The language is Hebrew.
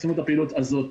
עשינו את הפעילות הזאת.